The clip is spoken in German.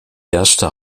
erste